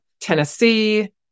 Tennessee